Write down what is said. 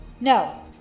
No